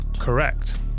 correct